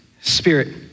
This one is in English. spirit